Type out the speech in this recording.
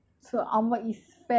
dia tulis